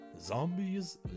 Zombies